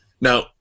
Now